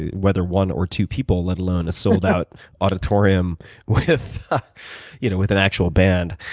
whether one or two people, let alone a sold out auditorium with you know with an actual band.